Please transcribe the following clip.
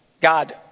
God